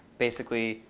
basically,